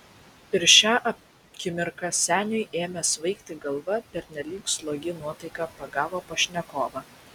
ir šią akimirką seniui ėmė svaigti galva pernelyg slogi nuotaika pagavo pašnekovą